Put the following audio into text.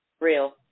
Real